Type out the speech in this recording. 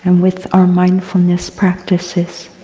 and with our mindfulness practices.